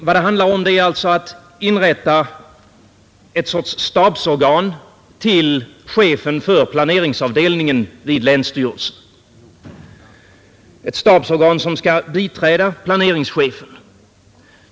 Vad det handlar om är alltså att inrätta en sorts stabsorgan som skall biträda planeringschefen vid länsstyrelsen.